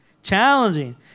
Challenging